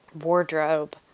wardrobe